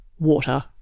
Water